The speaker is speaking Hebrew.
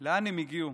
לאן הם הגיעו?